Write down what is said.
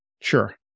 Sure